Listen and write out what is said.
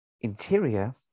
Interior